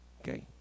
Okay